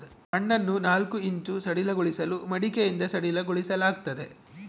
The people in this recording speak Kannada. ಮಣ್ಣನ್ನು ನಾಲ್ಕು ಇಂಚು ಸಡಿಲಗೊಳಿಸಲು ಮಡಿಕೆಯಿಂದ ಸಡಿಲಗೊಳಿಸಲಾಗ್ತದೆ